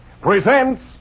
presents